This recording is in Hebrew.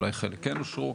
אולי חלק כן אושרו,